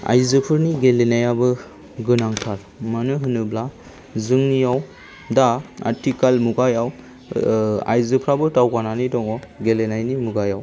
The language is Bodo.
आइजोफोरनि गेलेनायाबो गोनांथार मानो होनोब्ला जोंनियाव दा आथिखाल मुगायाव आइजोफोराबो दावगानानै दङ गेलेनायनि मुगायाव